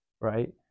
Right